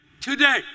today